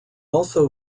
also